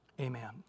Amen